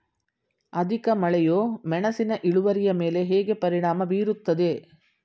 ಅಧಿಕ ಮಳೆಯು ಮೆಣಸಿನ ಇಳುವರಿಯ ಮೇಲೆ ಹೇಗೆ ಪರಿಣಾಮ ಬೀರುತ್ತದೆ?